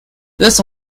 this